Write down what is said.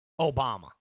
Obama